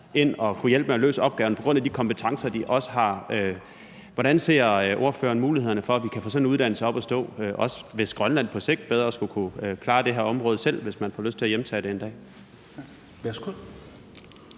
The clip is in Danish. ind og kunne hjælpe med at løse opgaverne på grund af de kompetencer, de også har. Hvordan ser ordføreren mulighederne for, at vi kan få sådan en uddannelse op at stå, også hvis Grønland på sigt bedre skal kunne klare det her område selv, hvis man får lyst til at hjemtage det en dag?